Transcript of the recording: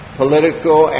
political